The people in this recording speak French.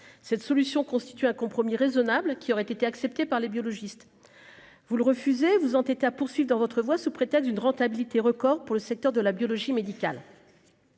cette solution constitue un compromis raisonnable qui aurait été accepté par les biologistes vous le refusez vous en état poursuivent dans votre voix, sous prétexte d'une rentabilité record pour le secteur de la biologie médicale.